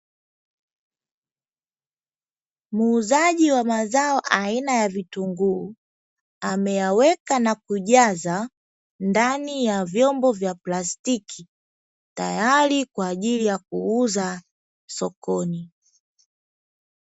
Muuzaji wa mazao aina ya vitunguu, ameyaweka na kujaza ndani ya vyombo vya plastiki, tayari kwa ajili ya kuuza sokoni.